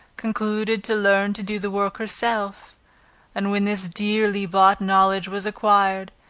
concluded to learn to do the work herself and when this dearly bought knowledge was acquired,